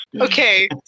Okay